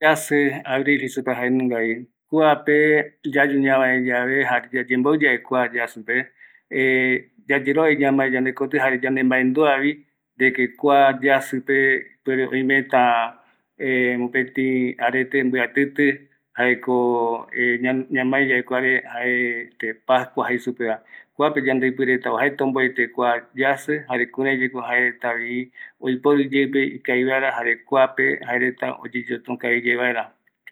kua yasï abril jei supeva jaenungavi, kuape, yayu ñavae yave, yayerova rova yave ñamae yande kotï jare yande maenduavi, de que kua yajïpe, ipuere oimeta möpëtï arete mbïatïtï, jaeko ñamae yave kuare jaeko pascua jei supeva, kuaepe yandeïpiï rete oajaete omboete kua yajï, jare küraiyaeko jaeretavi oiporu iyeïpe ikavi vaera jare kuape oiporuvi iyeïpe oyeyoekavi vaera.